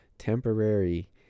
temporary